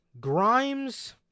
Grimes